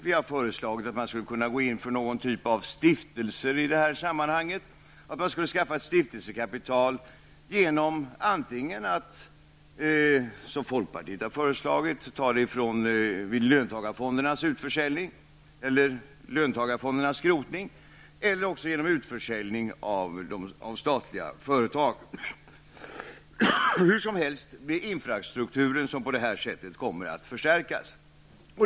Vi har föreslagit att man i detta sammanhang skulle kunna gå in för någon typ av stiftelse och skaffa ett stiftelsekapital genom att antingen, som folkpartiet har föreslagit, ta medel från löntagarfondernas utförsäljning eller skrotning, eller också genom utförsäljning av statliga företag. Hur som helst kommer infrastrukturen på detta sätt att förstärkas.